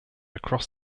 across